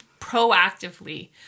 Proactively